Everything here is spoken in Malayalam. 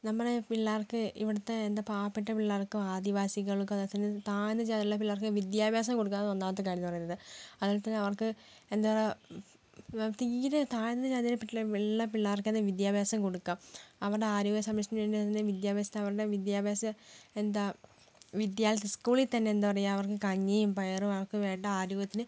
നമ്മുടെ പിള്ളാർക്ക് ഇവിടുത്തെ എന്താണ് പാവപ്പെട്ട പിള്ളേർക്കും ആദിവാസികൾക്കും അതുപോലെതന്നെ താഴ്ന്ന ജാതിയിലുള്ള പിള്ളേർക്കും വിദ്യാഭ്യാസം കൊടുക്കുകയെന്നതാണ് ഒന്നാമത്തെ കാര്യമെന്ന് പറയുന്നത് അതുപോലെ തന്നെ അവർക്ക് എന്താണ് പറയുക തീരെ താഴ്ന്ന ജാതിയിൽപ്പെട്ടിട്ടുള്ള പിള്ളേർക്കെല്ലാം വിദ്യാഭ്യാസം കൊടുക്കുക അവരുടെ ആരോഗ്യസംരക്ഷണത്തിനു വേണ്ടി അവരുടെ വിദ്യാഭ്യാസം എന്താണ് സ്കൂളില് തന്നെ എന്താണ് പറയുക അവർക്ക് കഞ്ഞിയും പയറും അവർക്ക് വേണ്ട ആരോഗ്യത്തിന്